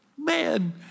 Man